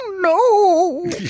No